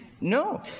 no